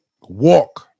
walk